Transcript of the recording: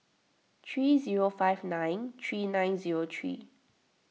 three zero five nine three nine zero three